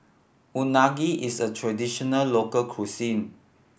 unagi is a traditional local cuisine